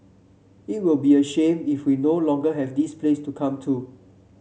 it'll be a shame if we no longer have this place to come to